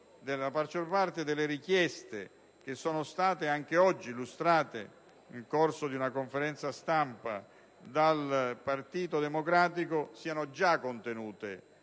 parte delle richieste, che anche oggi sono state illustrate nel corso di una conferenza stampa dal Partito Democratico, siano già contenute